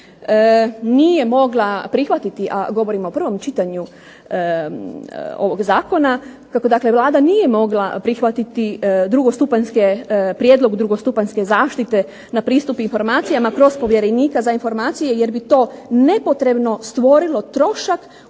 nije mogla prihvatiti, a govorim o prvom čitanju ovog zakona, kako dakle Vlada nije mogla prihvatiti drugostupanjske, prijedlog drugostupanjske zaštite na pristup informacijama kroz povjerenika za informacije, jer bi to nepotrebno stvorilo trošak u trenutku